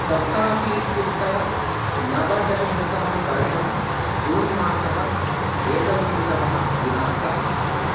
सप्ताशीत्युत्तरनवदशशतमं वर्षं जून् मासः एकविंशतितमः दिनाङ्कः